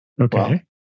Okay